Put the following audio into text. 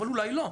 אבל אולי לא,